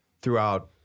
throughout